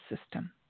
system